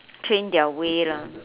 train their way lah